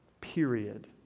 period